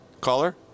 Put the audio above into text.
Caller